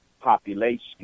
population